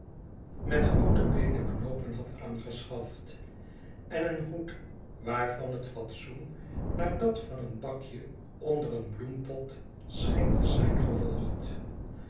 met groote beenen knoopen had aangeschaft en een hoed waarvan het fatsoen naar dat van een bakje onder een bloempot scheen te zijn gevolgd